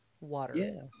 water